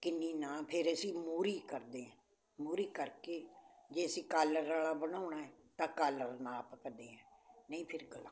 ਕਿੰਨੀ ਨਾ ਫਿਰ ਅਸੀਂ ਮੂਹਰੀ ਕਰਦੇ ਹਾਂ ਮੂਹਰੀ ਕਰਕੇ ਜੇ ਅਸੀਂ ਕਾਲਰ ਵਾਲਾ ਬਣਾਉਣਾ ਏ ਤਾਂ ਕਾਲਰ ਨਾਪਕ ਦੇ ਹੈ ਨਹੀਂ ਫਿਰ ਗਲਾ ਨਾਪ ਦੇ ਐਂ